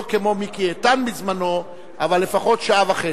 כמו מיקי איתן בזמנו אבל לפחות שעה וחצי.